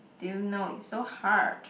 do you know it's so hard